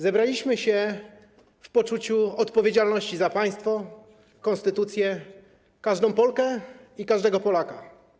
Zebraliśmy się w poczuciu odpowiedzialności za państwo, konstytucję, każdą Polkę i każdego Polaka.